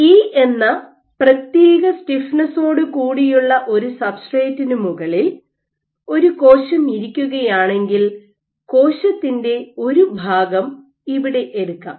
E എന്ന പ്രത്യേക സ്റ്റിഫ്നെസ്സോടുകൂടിയുള്ള ഒരു സബ്സ്ട്രേറ്റിനു മുകളിൽ ഒരു കോശം ഇരിക്കുകയാണെങ്കിൽ കോശത്തിൻറെ ഒരു ഭാഗം ഇവിടെ എടുക്കാം